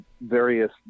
various